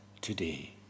today